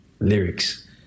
Lyrics